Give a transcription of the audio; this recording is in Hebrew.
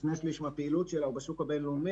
שני שליש מהפעילות שלה הוא בשוק הבין-לאומי